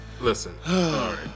Listen